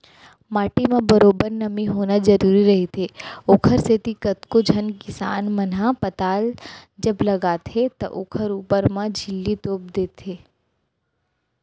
माटी म बरोबर नमी होना जरुरी रहिथे, ओखरे सेती कतको झन किसान मन ह पताल जब लगाथे त ओखर ऊपर म झिल्ली तोप देय रहिथे